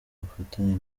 bufatanye